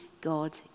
God